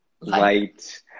light